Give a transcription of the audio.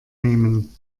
nehmen